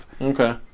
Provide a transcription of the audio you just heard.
Okay